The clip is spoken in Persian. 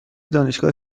دانشگاه